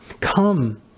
Come